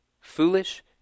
foolish